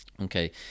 Okay